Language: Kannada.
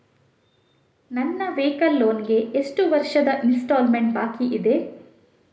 ನನ್ನ ವೈಕಲ್ ಲೋನ್ ಗೆ ಎಷ್ಟು ವರ್ಷದ ಇನ್ಸ್ಟಾಲ್ಮೆಂಟ್ ಬಾಕಿ ಇದೆ?